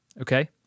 Okay